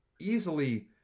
easily